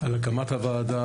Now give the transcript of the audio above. על הקמת הוועדה,